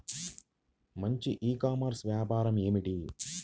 మంచి e commerce వ్యాపారం ఏమిటీ?